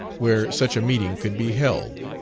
where such a meeting could be held.